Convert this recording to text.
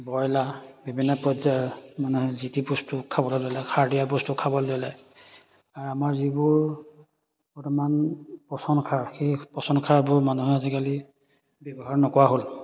broiler বিভিন্ন পৰ্যায়ৰ মানুহে যিটি বস্তু খাবলৈ ল'লে খাৰ দিয়া বস্তু খাবলৈ ল'লে আৰু আমাৰ যিবোৰ বৰ্তমান পচন সাৰ সেই পচন সাৰবোৰ মানুহে আজিকালি ব্যৱহাৰ নকৰা হ'ল